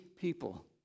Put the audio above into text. people